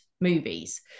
movies